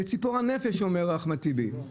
זה ציפור הנפש, אומר אחמד טיבי.